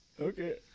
Okay